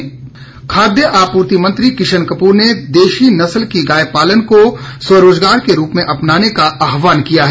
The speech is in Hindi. कायाकल्प खाद्य आपूर्ति मंत्री किशन कपूर ने देशी नस्ल की गाय पालन को स्वरोज़गार के रूप में अपनाने का आहवान किया है